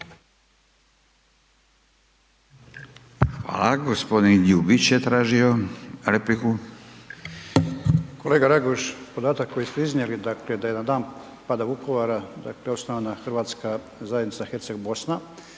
tražio repliku. **Ljubić, Božo (HDZ)** Kolega Raguž, podatak koji ste iznijeli, dakle da je na dan pada Vukovara, dakle osnovana hrvatska zajednica Herceg-Bosna